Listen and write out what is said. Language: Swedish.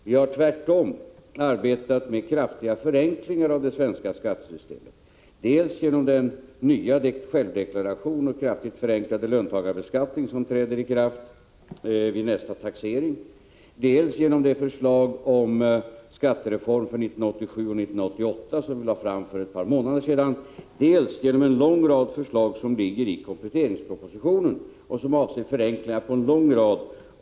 Vi har tvärtom arbetat med kraftiga förenklingar av det svenska skattesystemet — dels genom den nya självdeklaration och den kraftigt förenklade löntagarbeskattning som träder i kraft vid nästa taxering, dels genom det förslag om skattereform för 1987 och 1988 som vi lade fram för ett par månader sedan, dels genom en lång rad förslag i kompletteringspropositio 81 nen som avser förenklingar på en mängd områden.